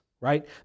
right